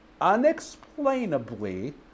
unexplainably